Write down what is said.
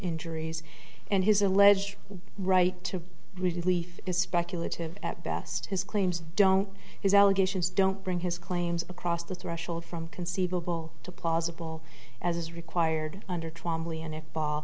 injuries and his alleged right to relief is speculative at best his claims don't his allegations don't bring his claims across the threshold from conceivable to plausible as is required